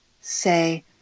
say